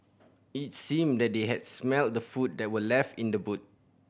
it seemed that they had smelt the food that were left in the boot